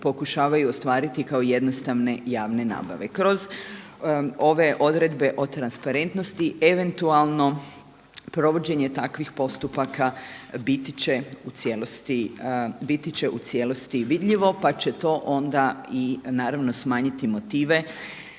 pokušavaju ostvariti kao jednostavne javne nabave. Kroz ove odredbe o transparentnosti eventualno provođenje takvih postupaka biti će u cijelosti vidljivo pa će to onda naravno smanjiti motive